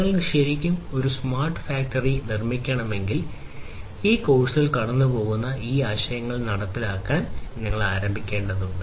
നിങ്ങൾക്ക് ശരിക്കും ഒരു സ്മാർട്ട് ഫാക്ടറി നിർമ്മിക്കണമെങ്കിൽ ഈ കോഴ്സിൽ കടന്നുപോകുന്ന ഈ ആശയങ്ങൾ നടപ്പിലാക്കാൻ നിങ്ങൾ ആരംഭിക്കേണ്ടതുണ്ട്